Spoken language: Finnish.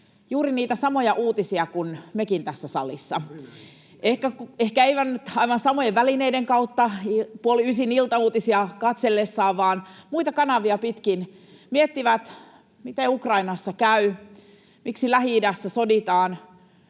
juuri niitä samoja uutisia kuin mekin tässä salissa — ehkä eivät nyt aivan samojen välineiden kautta, puoli ysin iltauutisia katsellessaan, vaan muita kanavia pitkin. He miettivät, miten Ukrainassa käy, miksi Lähi-idässä soditaan,